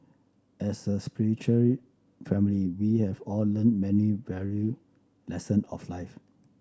as a spiritual family we have all learned many value lesson of life